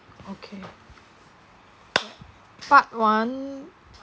okay part one